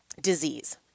disease